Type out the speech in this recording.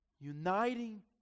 uniting